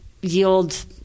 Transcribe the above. yield